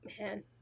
man